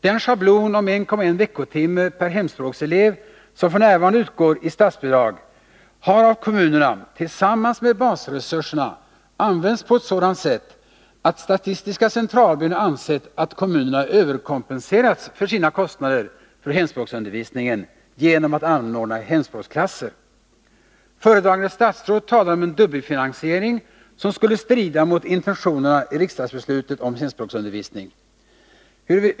Den schablon om 1,1 veckotimme per hemspråkselev som f. n. utgår i statsbidrag har, tillsammans med basresurserna, av kommunerna använts på ett sådant sätt, att statistiska centralbyrån ansett att kommunerna överkompenserats för sina kostnader för hemspråksundervisningen genom att de anordnat hemspråksklasser. Föredragande statsråd talar om en dubbelfinansiering, som skulle strida mot intentionen i riksdagsbeslutet om hemspråksundervisning.